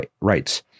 rights